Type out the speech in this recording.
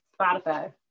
Spotify